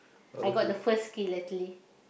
I got the first kill actually